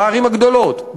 בערים הגדולות,